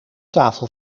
tafel